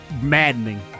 maddening